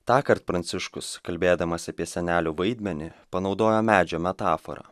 tąkart pranciškus kalbėdamas apie senelių vaidmenį panaudojo medžio metaforą